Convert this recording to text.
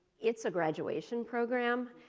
it's a graduation program.